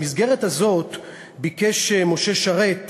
במסגרת הזאת ביקש משה שרת,